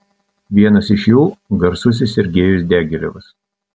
vienas iš jų garsusis sergejus diagilevas